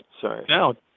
Sorry